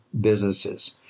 businesses